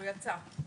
הוא יצא עכשיו,